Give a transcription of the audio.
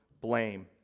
blame